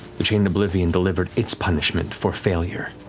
the chained oblivion delivered its punishment for failure,